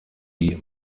die